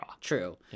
True